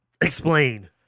Explain